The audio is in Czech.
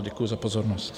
Děkuji za pozornost.